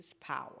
power